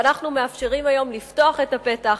ואנחנו מאפשרים היום לפתוח את הפתח,